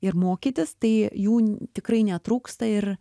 ir mokytis tai jų tikrai netrūksta ir